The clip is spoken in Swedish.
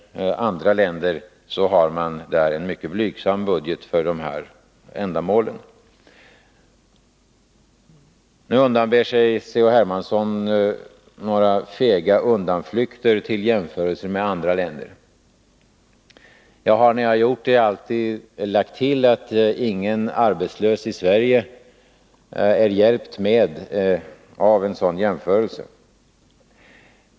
Andra länder har en mycket blygsam budget för dessa ändamål. Nu undanber sig C.-H. Hermansson fega undanflykter till jämförelser med andra länder. När jag har gjort sådana jämförelser har jag alltid lagt till att ingen arbetslös i Sverige är hjälpt av dessa jämförelser.